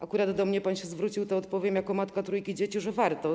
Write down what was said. Akurat do mnie pan się zwrócił, więc odpowiem jako matka trójki dzieci, że warto.